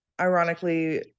ironically